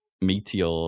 meteor